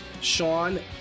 Sean